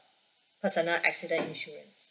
personal accident insurance